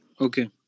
Okay